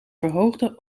verhoogde